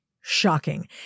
shocking